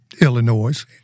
Illinois